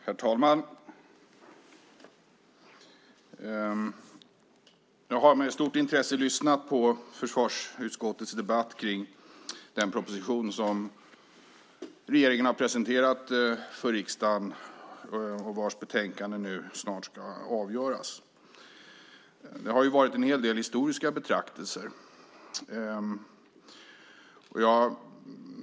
Herr talman! Jag har med stort intresse lyssnat på försvarsutskottets debatt om den proposition som regeringen har presenterat för riksdagen och vars förslag nu snart ska avgöras. Det har varit en hel del historiska betraktelser.